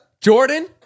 Jordan